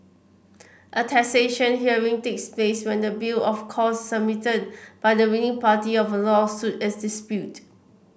a taxation hearing takes place when the bill of costs submitted by the winning party of a lawsuit is disputed